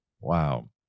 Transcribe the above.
Wow